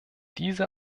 diese